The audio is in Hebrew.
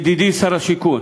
ידידי שר השיכון,